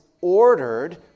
ordered